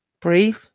breathe